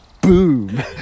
boom